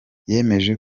yemeje